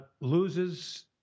loses